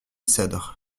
cedres